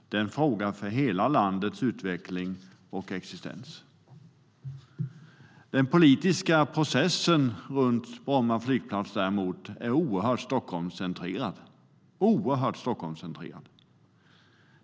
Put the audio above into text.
Det är en fråga som rör hela landets utveckling och existens. Den politiska processen runt Bromma flygplats är däremot oerhört Stockholmscentrerad.